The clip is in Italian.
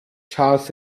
charles